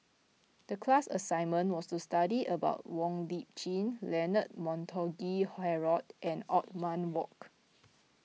the class assignment was to study about Wong Lip Chin Leonard Montague Harrod and Othman Wok